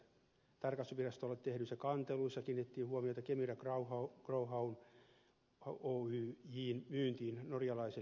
tarkastusvirastolle tehdyssä kantelussa kiinnitettiin huomiota kemira growhow oyjn myyntiin norjalaiselle yara international asalle